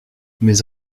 mes